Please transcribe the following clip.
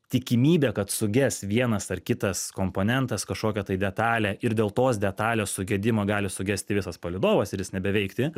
tikimybė kad suges vienas ar kitas komponentas kažkokia tai detalė ir dėl tos detalės sugedimo gali sugesti visas palydovas ir jis nebeveikti